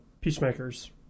Peacemakers